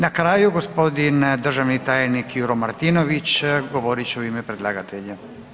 Na kraju, g. državni tajnik Juro Martinović, govorit će u ime predlagatelja.